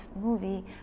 movie